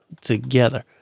together